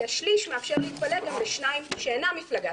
כי השליש מאפשר להתפלג לשניים שאינם מפלגה.